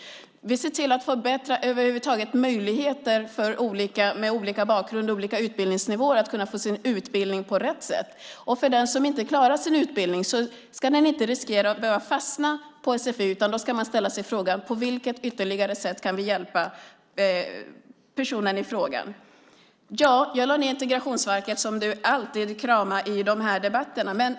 Vi ser till att över huvud taget förbättra möjligheterna för människor med olika bakgrund och utbildningsnivåer att få utbildning på rätt sätt. Den som inte klarar sin utbildning ska inte behöva riskera att fastna på sfi, utan man ska ställa sig frågan: På vilket ytterligare sätt kan vi hjälpa personen i fråga? Ja, jag lade ned Integrationsverket, som du alltid kramar i de här debatterna.